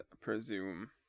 presume